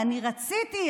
אני רציתי,